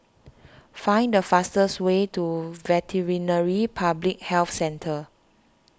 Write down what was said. find the fastest way to Veterinary Public Health Centre